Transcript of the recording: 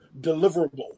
deliverable